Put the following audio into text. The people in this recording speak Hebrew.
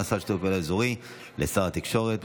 העברת סמכות מהשר לשיתוף פעולה אזורי לשר התקשורת.